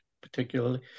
particularly